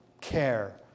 care